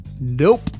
Nope